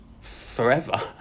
forever